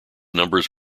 numbers